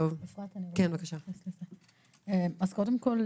קודם כול,